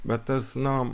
bet tas na